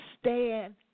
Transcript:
stand